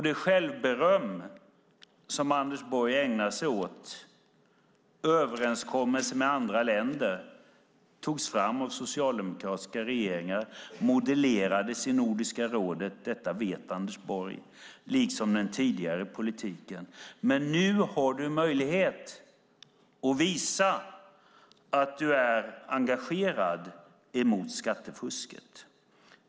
Det självberöm som Anders Borg ägnar sig åt när det gäller överenskommelser med andra länder gäller förslag som togs fram av socialdemokratiska regeringar som modellerades i Nordiska rådet - och detta vet Anders Borg - liksom den tidigare politiken. Nu har du möjlighet att visa att du är engagerad mot skattefusket.